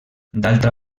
d’altra